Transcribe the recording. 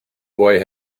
boy